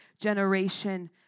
generation